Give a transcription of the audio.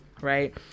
right